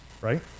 right